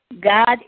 God